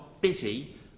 busy